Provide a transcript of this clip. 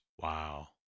Wow